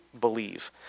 believe